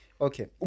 okay